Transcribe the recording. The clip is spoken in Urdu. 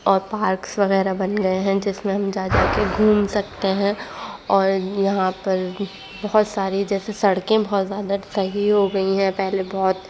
اور پارکس وغیرہ بن گئے ہیں جس میں ہم جا جا کے گھوم سکتے ہیں اور یہاں پر بہت سارے جیسے سڑکیں بہت زیادہ صحیح ہو گئی ہیں پہلے بہت